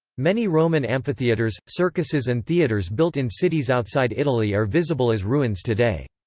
many roman amphitheatres, circuses and theatres built in cities outside italy are visible as ruins today.